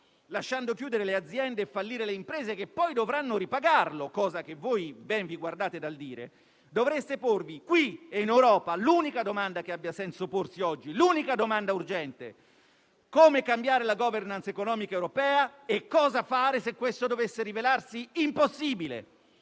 lasciando chiudere le aziende e fallire le imprese che poi dovranno ripagarlo (cosa che ben vi guardate dal dire), dovreste porvi qui e in Europa l'unica domanda urgente che abbia senso porsi oggi: come cambiare la *governance* economica europea e cosa fare se questo dovesse rivelarsi impossibile.